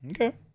Okay